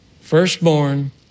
firstborn